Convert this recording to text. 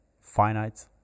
finite